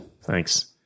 Thanks